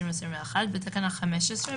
התשפ"א-2021 בתקנה 15,